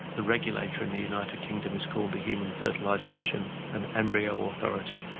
the regulator in the united kingdom is called the human fertilisation and embryo authority,